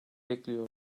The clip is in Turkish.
bekliyor